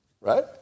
right